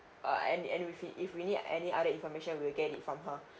uh and and with if if we need any other information will get it from her